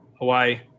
Hawaii